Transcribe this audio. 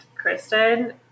Kristen